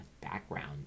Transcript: background